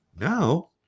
now